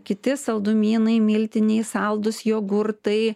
kiti saldumynai miltiniai saldūs jogurtai